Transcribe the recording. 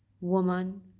Woman